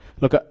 look